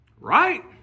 Right